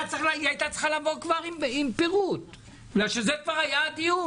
היא הייתה צריכה לבוא כבר עם פירוט בגלל שהדיון כבר נערך.